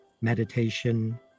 meditation